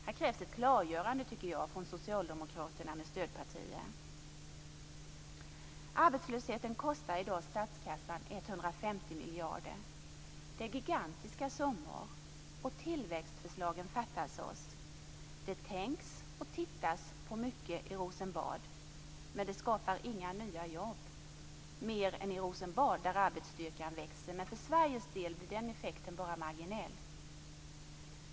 Här krävs ett klargörande från Arbetslösheten kostar i dag statskassan 150 miljarder. Det är gigantiska summor. Tillväxtförslagen fattas. Det tänks och tittas på mycket i Rosenbad, men det skapar inga nya jobb - mer än i Rosenbad, där arbetsstyrkan växer. Men för Sveriges del blir den effekten bara marginell.